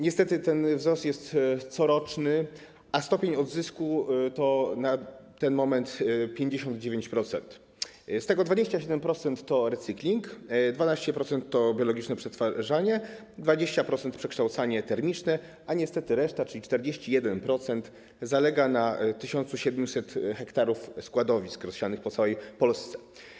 Niestety ten wzrost jest coroczny, a stopień odzysku to na ten moment 59%, z tego 27% to recykling, 12% to biologiczne przetwarzanie, 20% przekształcanie termiczne, a niestety reszta, czyli 41%, zalega na 1700 ha składowisk rozsianych po całej Polsce.